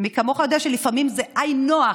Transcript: מי כמוך יודע שלפעמים זה היינו הך.